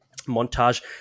montage